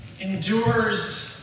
endures